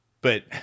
but-